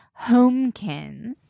homekins